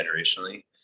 generationally